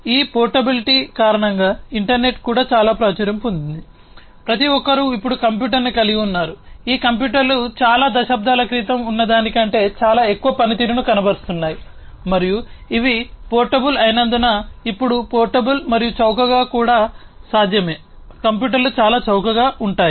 కాబట్టి ఈ పోర్టబిలిటీ కారణంగా ఇంటర్నెట్ కూడా చాలా ప్రాచుర్యం పొందింది ప్రతిఒక్కరూ ఇప్పుడు కంప్యూటర్ను కలిగి ఉన్నారు ఈ కంప్యూటర్లు చాలా దశాబ్దాల క్రితం ఉన్నదానికంటే చాలా ఎక్కువ పనితీరును కనబరుస్తున్నాయి మరియు ఇవి పోర్టబుల్ అయినందున ఇప్పుడు పోర్టబుల్ మరియు చౌకగా కూడా సాధ్యమే కంప్యూటర్లు చాలా చౌకగా ఉంటాయి